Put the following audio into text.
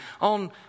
on